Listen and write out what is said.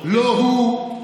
לא הוא,